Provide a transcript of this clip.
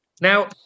Now